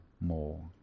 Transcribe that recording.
more